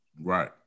Right